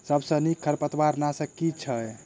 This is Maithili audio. सबसँ नीक खरपतवार नाशक केँ अछि?